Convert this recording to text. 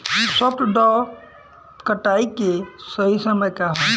सॉफ्ट डॉ कटाई के सही समय का ह?